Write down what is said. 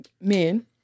men